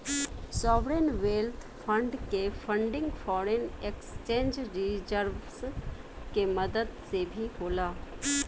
sovereign wealth fund के funding foreign exchange reserves के मदद से भी होला